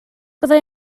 byddai